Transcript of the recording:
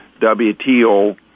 WTO